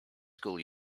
school